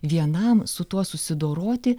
vienam su tuo susidoroti